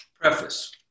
preface